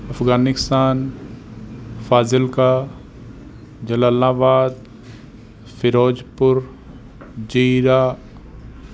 ਅਫਗਾਨਿਸਤਾਨ ਫਾਜ਼ਿਲਕਾ ਜਲਾਲਾਬਾਦ ਫਿਰੋਜ਼ਪੁਰ ਜੀਰਾ